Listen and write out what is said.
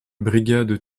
brigade